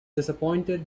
disappointed